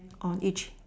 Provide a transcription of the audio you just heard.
on each